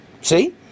See